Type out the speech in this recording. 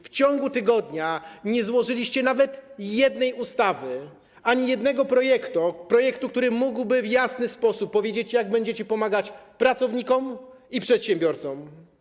W ciągu tygodnia nie złożyliście nawet jednego projektu ustawy, ani jednego projektu, który mógłby w jasny sposób powiedzieć, jak będziecie pomagać pracownikom i przedsiębiorcom.